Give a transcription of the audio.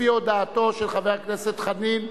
לפי הודעתו של חבר הכנסת חנין,